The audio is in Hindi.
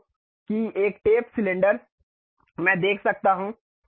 तो कि एक टेप सिलेंडर मैं देख सकता हूँ